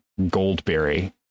Goldberry